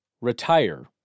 retire